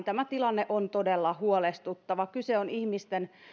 tämä tilanne on todella huolestuttava kyse on ihmisten